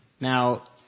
Now